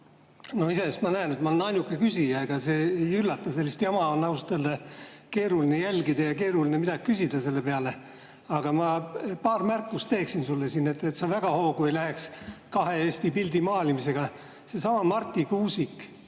Iseenesest ma näen, et ma olen ainuke küsija. Ega see ei üllata, sellist jama on ausalt öelda keeruline jälgida ja keeruline ka midagi küsida selle peale. Aga ma paar märkust teeksin sulle, et sa väga hoogu ei läheks kahe Eesti pildi maalimisega. Seesama Marti Kuusik.